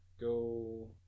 go